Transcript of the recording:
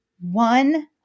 One